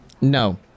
No